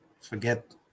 forget